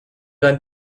dein